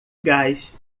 gás